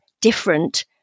different